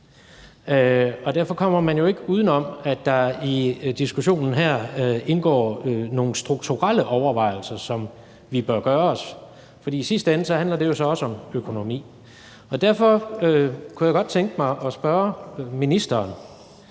og derfor kommer man ikke uden om, at der i diskussionen her indgår nogle strukturelle overvejelser, som vi bør gøre os, fordi i sidste ende handler det jo så også om økonomi. Derfor kunne jeg godt tænke mig at spørge ministeren,